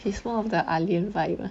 is one of the ah lian vibe ah